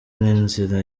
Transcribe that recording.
n’inzira